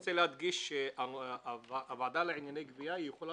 רוצה להדגיש שהוועדה לענייני גבייה יכולה